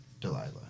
Delilah